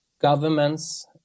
governments